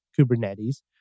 Kubernetes